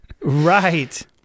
Right